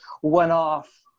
one-off